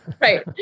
Right